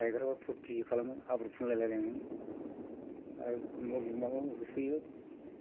गायग्राफ्रा फुरथि खालामो हाब्रु फुनलायलायनानै आरो न' बिगोमाखौ होसोयो